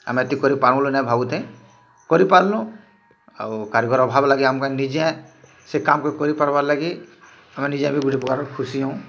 ଆମେ ଏତେ କରିପାରମୁଁ ବଲି ନାହିଁ ଭାବୁଥାଇ କରିପାରଲୁଁ ଆଉ କାରିଗର୍ ଅଭାବ୍ ଲାଗି ଆମକେ ନିଜେଁ ସେ କାମ୍ କେ କରିପାରବା ଲାଗି ଆମେ ନିଜେ ବି ଗୋଟେ ପ୍ରକାରର୍ ଖୁସି ହଉଁ